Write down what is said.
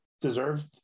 deserved